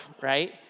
right